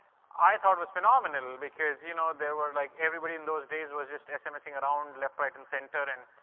i thought was phenomenal. because, you know, there were like, everybody in those days was just smsing around left, right and center. and,